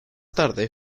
tarde